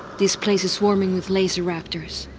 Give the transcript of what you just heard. this place is swarming with laser-raptors.